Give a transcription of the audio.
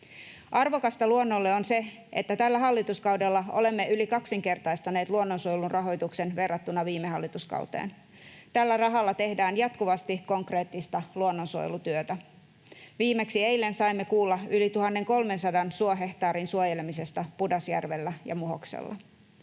Arvokasta luonnolle on se, että tällä hallituskaudella olemme yli kaksinkertaistaneet luonnonsuojelun rahoituksen verrattuna viime hallituskauteen. Tällä rahalla tehdään jatkuvasti konkreettista luonnonsuojelutyötä. Viimeksi eilen saimme kuulla yli 1 300 suohehtaarin suojelemisesta Pudasjärvellä ja Muhoksella.